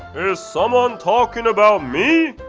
is someone talking about me?